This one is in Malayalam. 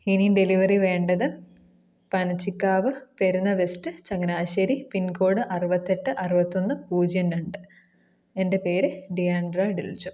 ഇനി ഡെലിവറി വേണ്ടത് Panachikkavu Perunna west Changanassery pin code അറുപത്തെട്ട് അറുപത്തൊന്ന് പൂജ്യം രണ്ട് എൻ്റെ പേര് ഡിയാൻഡ്ര ഡെൽജോ